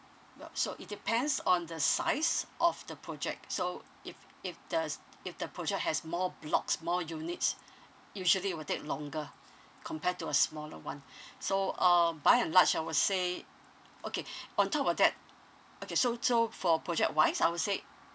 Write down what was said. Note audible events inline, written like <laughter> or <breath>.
well so it depends on the size of the project so if if there's if the project has more blocks more units usually it will take longer compared to a smaller one <breath> so um by and large I would say okay <breath> on top of that okay so so for project wise I would say